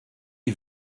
est